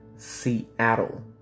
Seattle